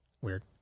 Weird